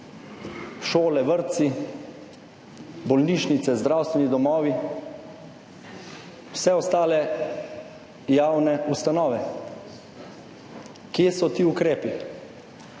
šole, vrtci, bolnišnice, zdravstveni domovi, vse ostale javne ustanove. Kje so ti ukrepi?